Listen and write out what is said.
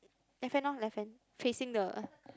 left hand lor left hand facing the